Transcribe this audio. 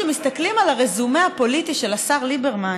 כשמסתכלים על הרזומה הפוליטי של השר ליברמן